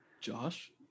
Josh